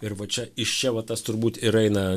ir va čia iš čia va tas turbūt ir eina